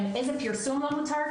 איזה פרסום מותר,